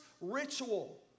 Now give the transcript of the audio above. ritual